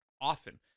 Often